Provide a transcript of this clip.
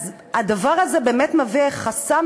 אז הדבר הזה באמת מהווה חסם,